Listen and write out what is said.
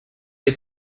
est